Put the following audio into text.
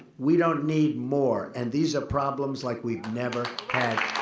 we don't need more. and these are problems like we've never had